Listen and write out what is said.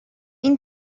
این